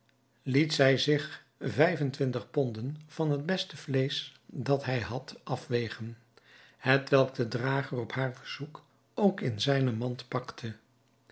liet zij zich vijf en twintig ponden van het beste vleesch dat hij had afwegen hetwelk de drager op haar verzoek ook in zijne mand pakte